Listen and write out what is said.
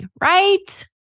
right